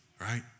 Right